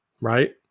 Right